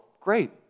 Great